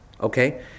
okay